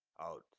out